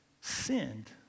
sinned